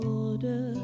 order